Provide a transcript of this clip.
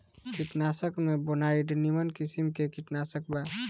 कीटनाशक में बोनाइड निमन किसिम के कीटनाशक बा